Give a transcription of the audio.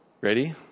Ready